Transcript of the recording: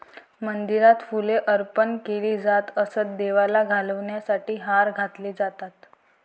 मंदिरात फुले अर्पण केली जात असत, देवाला घालण्यासाठी हार घातले जातात